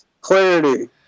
Clarity